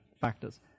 factors